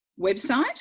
website